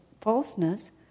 falseness